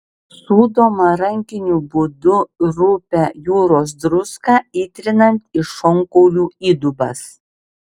sūdoma rankiniu būdu rupią jūros druską įtrinant į šonkaulių įdubas